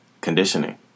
conditioning